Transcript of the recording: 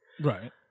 Right